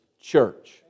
church